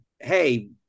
hey